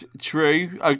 True